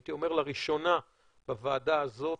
הייתי אומר לראשונה בוועדה הזאת,